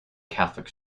catholic